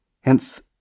Hence